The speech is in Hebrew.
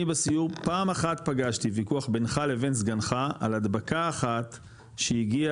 אני בסיור פעם אחת פגשתי ויכוח בינך לבין סגנך על הדבקה אחת שהגיע